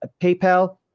PayPal